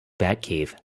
batcave